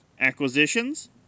acquisitions